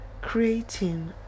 creating